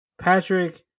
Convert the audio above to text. Patrick